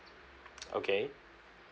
okay